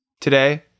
Today